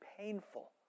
painful